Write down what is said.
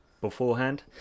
beforehand